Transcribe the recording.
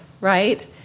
right